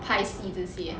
拍戏这些